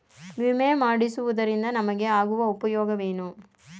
ವಿಮೆ ಮಾಡಿಸುವುದರಿಂದ ನಮಗೆ ಆಗುವ ಉಪಯೋಗವೇನು?